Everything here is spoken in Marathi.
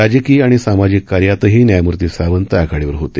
राजकीय आणि सामाजिक कार्यातही न्यायमूर्ती सावंत आघाडीवर होते